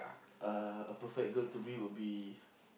uh a perfect girl to me will be